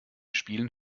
spielen